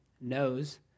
knows